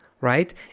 right